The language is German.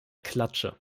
klatsche